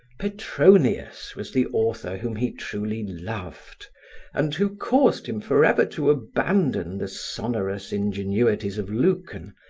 petronius was the author whom he truly loved and who caused him forever to abandon the sonorous ingenuities of lucan,